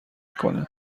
کنه